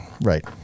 right